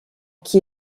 qui